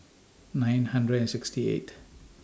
nine hundred sixty eighth